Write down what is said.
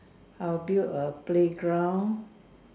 I'll build a playground